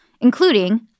including